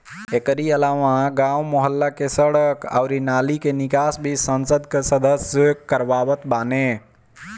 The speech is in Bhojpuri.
एकरी अलावा गांव, मुहल्ला के सड़क अउरी नाली के निकास भी संसद कअ सदस्य करवावत बाने